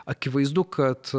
akivaizdu kad